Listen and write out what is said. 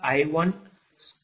0192220